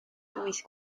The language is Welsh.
wyth